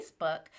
Facebook